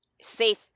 safe